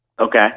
Okay